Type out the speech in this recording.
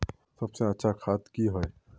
सबसे अच्छा खाद की होय?